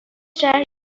شهر